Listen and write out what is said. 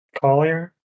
Collier